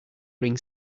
bring